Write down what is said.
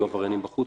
יהיו עבריינים בחוץ,